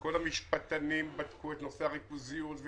כל המשפטנים בדקו את נושא הריכוזיות,